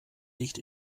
nicht